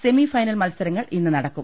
semi final മത്സരങ്ങൾ ഇന്ന് നടക്കും